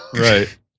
Right